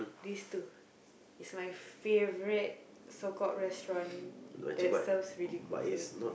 these two is my favourite so called restaurant that serves really good food